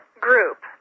group